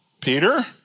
Peter